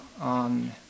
on